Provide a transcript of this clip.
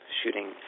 shooting